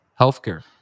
healthcare